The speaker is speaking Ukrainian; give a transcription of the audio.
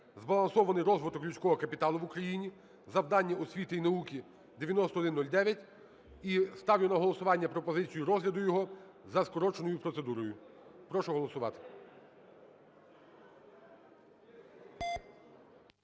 "Збалансований розвиток людського капіталу в Україні: завдання освіти і науки" (9109) і ставлю на голосування пропозицію розгляду його за скороченою процедурою. Прошу голосувати.